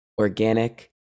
organic